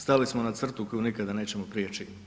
Stali smo na crtu koju nikada nećemo priječi.